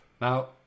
now